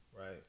right